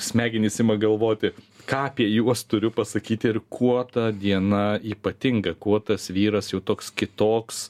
smegenys ima galvoti ką apie juos turiu pasakyti ir kuo ta diena ypatinga kuo tas vyras jau toks kitoks